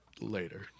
later